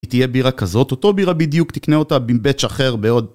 היא תהיה בירה כזאת, אותו בירה בדיוק, תקנה אותה עם באצ׳ אחר בעוד פעם